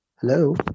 Hello